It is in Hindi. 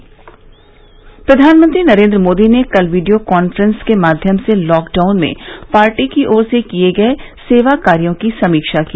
प्रधानमंत्री प्रधानमंत्री नरेन्द्र मोदी ने कल वीडियो काफ्रेंस के माध्यम से लॉकडाउन में पार्टी की ओर से किये गये सेवा कार्यो की समीक्षा की